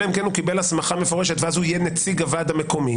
אלא אם כן הוא קיבל הסמכה מפורשת ואז הוא יהיה נציג הוועד המקומי.